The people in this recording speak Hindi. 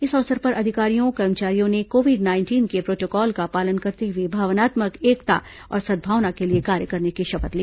इस अवसर पर अधिकारी कर्मचारियों ने कोविड नाइंटीन के प्रोटोकाल का पालन करते हुए भावनात्मक एकता और सद्भावना के लिए कार्य करने की शपथ ली